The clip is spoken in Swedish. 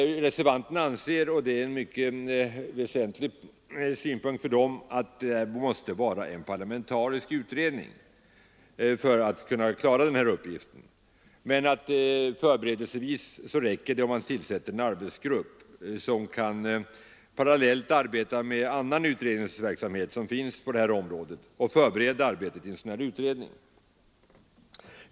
Reservanterna anser, och det är en mycket väsentlig synpunkt för dem, att det måste vara en parlamentarisk utredning för att kunna klara den här uppgiften. Förberedelsevis räcker det dock att man tillsätter en arbetsgrupp, som parallellt kan arbeta med annan utredningsverksamhet som redan pågår på det här området och förbereda arbetet för den kommande parlamentariska utredningen.